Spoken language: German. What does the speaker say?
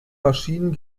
maschinen